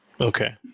Okay